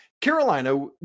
Carolina